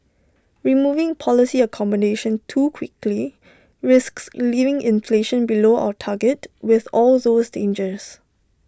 removing policy accommodation too quickly risks leaving inflation below our target with all those dangers